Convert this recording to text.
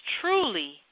truly